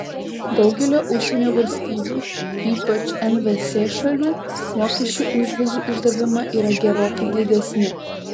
daugelio užsienio valstybių ypač nvs šalių mokesčiai už vizų išdavimą yra gerokai didesni